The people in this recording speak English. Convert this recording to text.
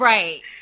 Right